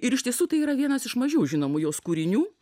ir iš tiesų tai yra vienas iš mažiau žinomų jos kūrinių